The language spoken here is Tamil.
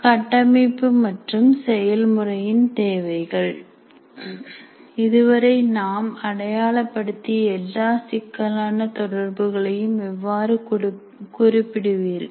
கட்டமைப்பு மற்றும் செயல்முறையின் தேவைகள் இதுவரை நாம் அடையாளப்படுத்திய எல்லா சிக்கலான தொடர்புகளையும் எவ்வாறு குறிப்பிடுவீர்கள்